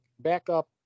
Backup